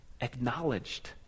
acknowledged